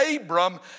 Abram